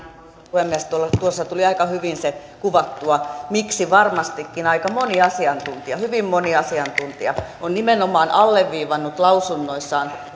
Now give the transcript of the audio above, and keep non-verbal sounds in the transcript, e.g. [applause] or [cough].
puhemies tuossa tuli aika hyvin se kuvattua miksi varmastikin aika moni asiantuntija hyvin moni asiantuntija on nimenomaan alleviivannut lausunnoissaan [unintelligible]